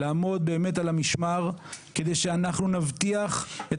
לעמוד על המשמר כדי שאנחנו נבטיח את